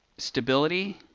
stability